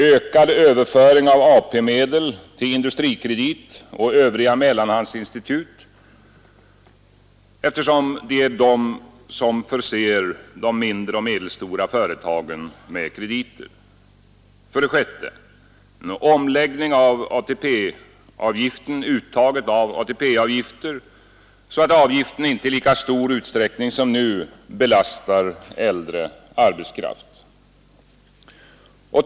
Ökad överföring av AP-medel till Industrikredit och övriga mellanhandsinstitut, vilka förser de mindre och medelstora företagen med krediter. 6. Omläggning av uttaget av ATP-avgift, så att avgiften inte i lika stor utsträckning som nu belastar äldre arbetskraft.